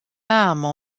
armes